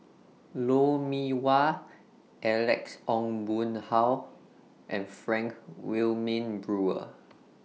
Lou Mee Wah Alex Ong Boon Hau and Frank Wilmin Brewer